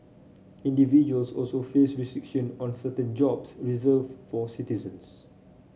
individuals also face restriction on certain jobs reserved for citizens